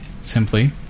simply